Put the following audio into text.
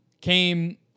came